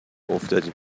افتادیم